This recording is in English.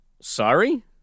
Sorry